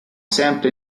sempre